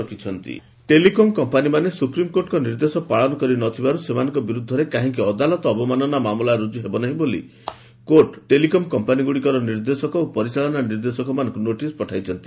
telcos payment ଓ ଡ୍ୟୁକ୍ telecom କମ୍ପାନୀମାନେ ସୁପ୍ରିମ୍କୋର୍ଟଙ୍କ ନିର୍ଦ୍ଦେଶ ପାଳନ କରିନଥିବାରୁ ସେମାନଙ୍କ ବିରୁଦ୍ଧରେ କାହିଁକି ଅଦାଲତ ଅବମାନନା ମାମଲା ରୁଜୁ ହେବ ନାହିଁ ବୋଲି ଆଜି କୋର୍ଟ୍ ଟେଲିକମ୍ କମ୍ପାନୀଗୁଡ଼ିକର ନିର୍ଦ୍ଦେଶକ ଓ ପରିଚାଳନା ନିର୍ଦ୍ଦେଶକ ମାନଙ୍କୁ ନୋଟିସ ପଠାଇଛନ୍ତି